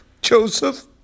Joseph